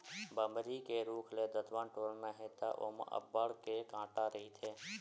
बमरी के रूख ले दतवत टोरना हे त ओमा अब्बड़ के कांटा रहिथे